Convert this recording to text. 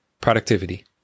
productivity